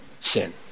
sin